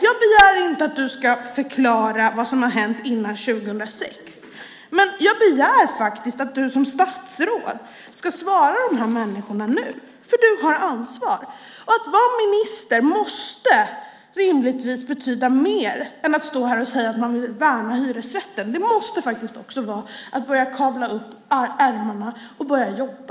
Jag begär inte att statsrådet ska förklara vad som har hänt före 2006. Men jag begär faktiskt att statsrådet ska svara de här människorna nu, för statsrådet har ansvar. Att vara minister måste rimligtvis innebära mer än att stå här och säga att man vill värna hyresrätten. Det måste också vara att kavla upp ärmarna och börja jobba.